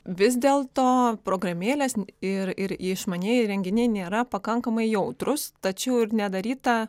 vis dėlto programėlės ir ir išmanieji įrenginiai nėra pakankamai jautrūs tačiau ir nedaryta